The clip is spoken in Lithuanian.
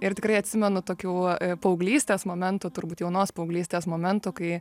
ir tikrai atsimenu tokių paauglystės momentų turbūt jaunos paauglystės momentų kai